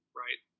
right